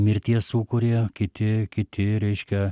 mirties sūkurį kiti kiti reiškia